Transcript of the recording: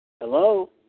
Hello